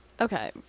Okay